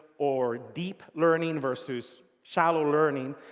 or deep learning versus shallow learning.